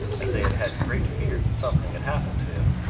as they had had great fear that something had happened to him.